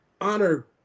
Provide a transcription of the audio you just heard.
honor